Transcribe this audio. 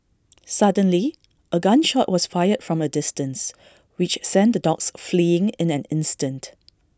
suddenly A gun shot was fired from A distance which sent the dogs fleeing in an instant